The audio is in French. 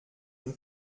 une